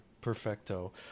Perfecto